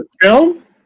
film